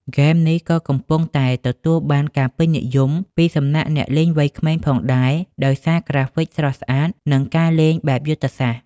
ហ្គេមនេះ ក៏កំពុងតែទទួលបានការពេញនិយមពីសំណាក់អ្នកលេងវ័យក្មេងផងដែរ ដោយសារក្រាហ្វិកស្រស់ស្អាត និងការលេងបែបយុទ្ធសាស្ត្រ។